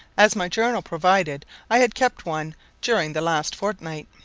as my journal provided i had kept one during the last fortnight.